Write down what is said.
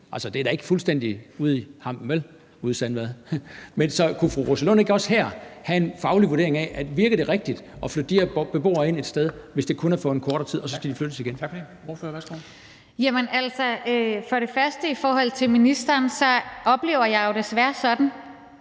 det er da ikke fuldstændig ude i hampen, vel – ude i Sandvad? Men kunne fru Rosa Lund ikke også have en faglig vurdering af, om det virker rigtigt at flytte de her beboere ind det sted, hvis det kun er for en kortere tid og de så skal flyttes igen? Kl. 14:16 Formanden (Henrik Dam Kristensen): Tak for det.